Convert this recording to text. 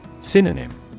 Synonym